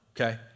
okay